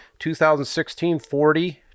2016-40